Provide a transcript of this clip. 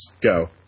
Go